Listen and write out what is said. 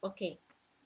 okay